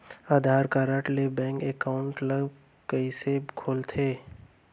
आधार card ले bank account ल कइसे खोलथे?